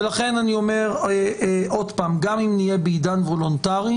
ולכן אני אומר עוד פעם: גם אם נהיה בעידן וולונטרי,